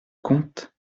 comte